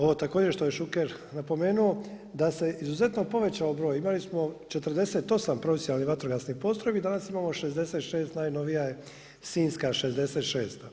Ovo također što je Šuker napomenuo da se izuzetno povećao broj, imali smo 48 profesionalnih vatrogasnih postrojbi, danas imamo 66, najnovija je sinjska 66.